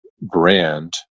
brand